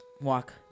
walk